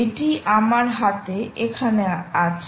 এটি আমার হাতে এখানে আছে